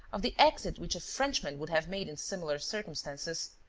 of the exit which a frenchman would have made in similar circumstances!